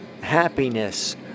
Happiness